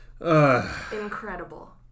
Incredible